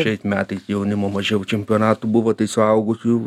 šiais metais jaunimo mažiau čempionatų buvo tai suaugusiųjų